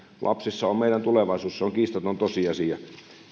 lapsissa on meidän tulevaisuus se on kiistaton tosiasia